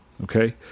Okay